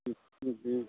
ம் ம் ம்